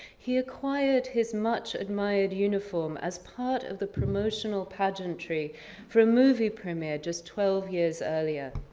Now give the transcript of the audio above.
he acquired his much admired uniform as part of the promotional pageantry from a movie premiere just twelve years earlier.